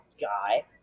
guy